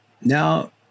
Now